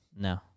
No